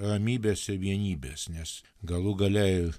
ramybės ir vienybės nes galų gale ir